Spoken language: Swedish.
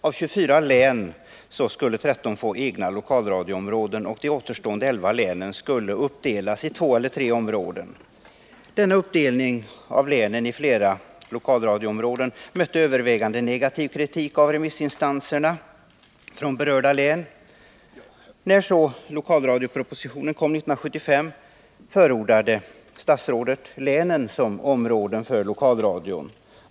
Av 24 län skulle 13 få egna lokalradioområden, och de återstående 11 länen skulle uppdelas i två eller tre områden. Denna uppdelning av länen i flera lokalradioområden mötte övervägande negativ kritik från remissinstanserna inom berörda län. När så lokalradiopropositionen kom 1975 förordade statsrådet länen som områden för lokalradion.